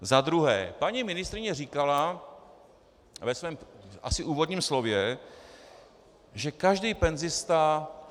Za druhé: Paní ministryně říkala ve svém asi úvodním slově, že každý penzista...